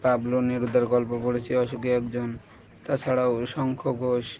Pablo নেরুদার গল্প পড়েছি অসুখী একজন তাছাড়াও শঙ্খ ঘোষ